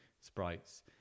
sprites